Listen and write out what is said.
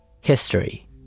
history